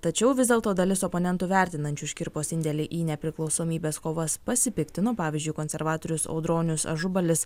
tačiau vis dėlto dalis oponentų vertinančių škirpos indėlį į nepriklausomybės kovas pasipiktino pavyzdžiui konservatorius audronius ažubalis